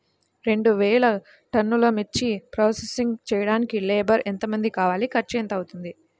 రెండు వేలు టన్నుల మిర్చి ప్రోసెసింగ్ చేయడానికి లేబర్ ఎంతమంది కావాలి, ఖర్చు ఎంత అవుతుంది?